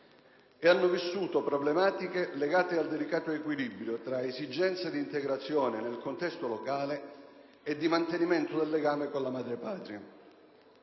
e hanno vissuto problematiche legate al delicato equilibrio tra esigenze di integrazione nel contesto locale e di mantenimento del legame con la madrepatria.